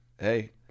hey